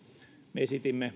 me esitimme